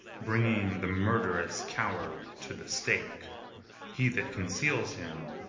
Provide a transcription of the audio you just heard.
bringing the murderous coward to the stake he that conceals him,